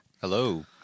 Hello